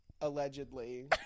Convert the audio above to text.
Allegedly